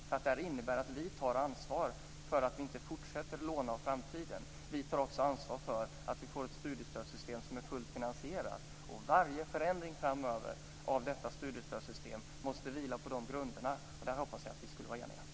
Den innebär nämligen att vi tar ansvar för att vi inte fortsätter att låna av framtiden. Vi tar också ansvar för att vi får ett studiestödssystem som är fullt finansierat. Varje förändring framöver av detta studiestödssystem måste vila på de grunderna. Där hoppades jag att vi skulle vara eniga.